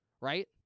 right